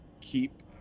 keep